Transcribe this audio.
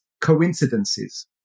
coincidences